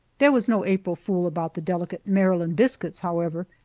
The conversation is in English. there was no april fool about the delicate maryland biscuits, however,